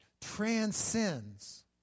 transcends